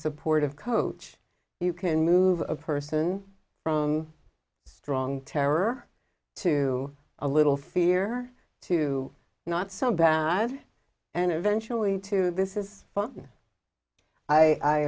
supportive coach you can move a person from strong terror to a little fear to not some bad and eventually to this is fun i